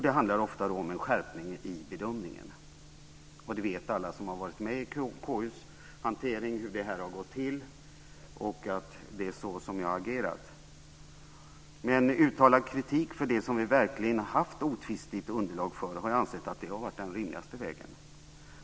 Det handlar ofta om en skärpning i bedömningarna. Alla som varit med i KU:s hantering vet hur detta har gått till och att det är så som jag har agerat. Med uttalad kritik för det som vi verkligen har haft otvistigt underlag för har jag ansett att det har varit den rimligaste vägen.